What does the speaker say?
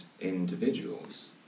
individuals